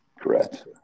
correct